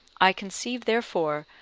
i conceive, therefore,